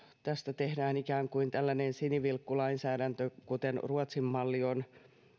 tästä tehdään ikään kuin tällainen sinivilkkulainsäädäntö kuten ruotsin malli on